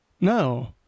No